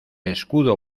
escudo